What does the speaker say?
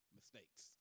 Mistakes